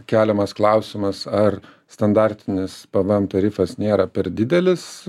keliamas klausimas ar standartinis pvm tarifas nėra per didelis